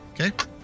Okay